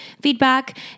feedback